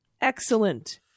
Excellent